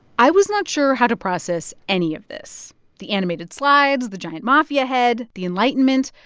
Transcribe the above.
i was not sure how to process any of this the animated slides, the giant mafia head, the enlightenment.